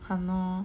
!hannor!